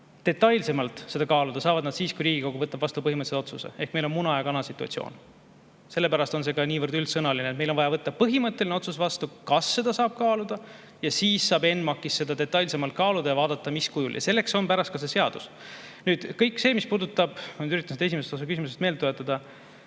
Detailsemalt seda kaaluda saavad nad siis, kui Riigikogu võtab vastu põhimõttelise otsuse. Ehk meil on muna ja kana situatsioon. Sellepärast on see ka niivõrd üldsõnaline, et meil on vaja võtta vastu põhimõtteline otsus, kas seda saab kaaluda, ja siis saab ENMAK‑is seda detailsemalt kaaluda ja vaadata, mis kujul. Ja selleks on pärast ka see seadus. Kõik see, mis puudutab – ma nüüd üritan seda esimest osa küsimusest meelde tuletada